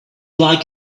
like